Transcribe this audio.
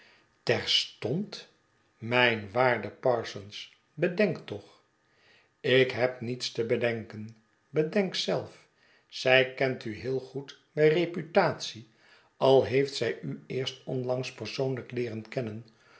terstond mijn waarde parsons bedenk toch ik heb niets te bedenken bedenk zelf zij kent u heel goed bij reputatie al heeft zij u eerst onlangs persoonlijk leeren kennen